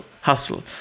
hustle